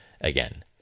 again